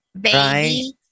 baby